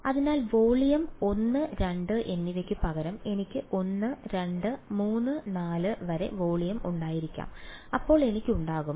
അതിനാൽ വോളിയം 1 2 എന്നിവയ്ക്ക് പകരം എനിക്ക് 1 2 3 4 വരെ വോളിയം ഉണ്ടായിരിക്കാം അപ്പോൾ എനിക്ക് ഉണ്ടാകും